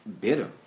bitter